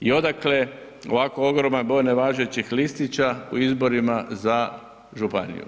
I odakle ovako ogroman broj nevažećih listića u izborima za županiju?